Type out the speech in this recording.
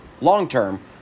long-term